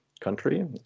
country